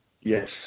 Yes